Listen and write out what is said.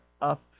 up